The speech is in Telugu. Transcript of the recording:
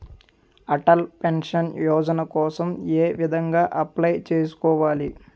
అటల్ పెన్షన్ యోజన కోసం ఏ విధంగా అప్లయ్ చేసుకోవాలి?